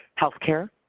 healthcare